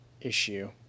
issue